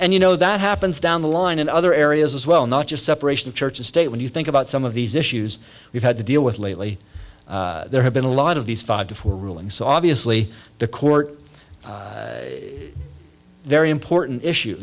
and you know that happens down the line in other areas as well not just separation of church and state when you think about some of these issues we've had to deal with lately there have been a lot of these five to four ruling so obviously the court very important issue